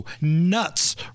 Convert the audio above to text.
nuts